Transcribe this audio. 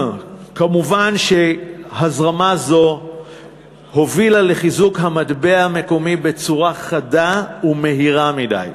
מובן שהזרמה זו הובילה לחיזוק המטבע המקומי בצורה חדה ומהירה מדי.